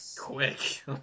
quick